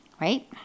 Right